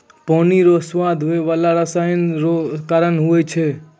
पानी रो स्वाद होय बाला रसायन रो कारण हुवै छै